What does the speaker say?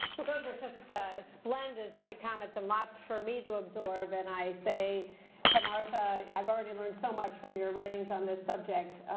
well those are just ah splendid, splendid comments, and lots for me to absorb. and i say to martha, yeah i've already learned so much from your writings on this subject.